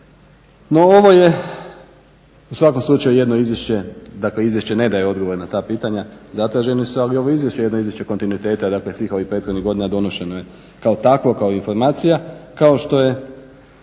No, ovo je u svakom slučaju jedno izvješće, dakle izvješće ne daje odgovore na ta pitanja. Ovo izvješće je izvješće kontinuiteta svih ovih prethodnih godina, doneseno je kao takvo i kao informacija kao što je